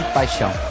paixão